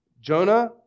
Jonah